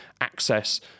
access